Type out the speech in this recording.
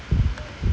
err